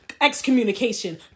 excommunication